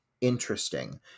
interesting